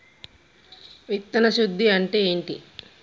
విత్తన శుద్ధి అంటే ఏంటి?